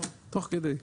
תוך כדי.